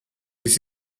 this